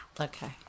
Okay